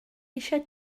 eisiau